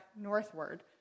northward